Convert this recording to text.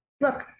Look